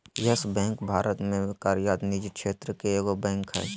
yes bank Bharat में कार्यरत निजी क्षेत्र के एगो बैंक हइ